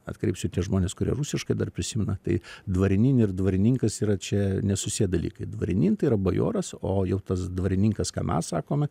atkreipsiu tie žmonės kurie rusiškai dar prisimena tai dvarinin ir dvarininkas yra čia nesusiję dalykai dvarinin tai yra bajoras o jau tas dvarininkas ką mes sakome